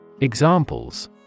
Examples